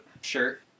shirt